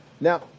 now